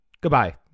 Goodbye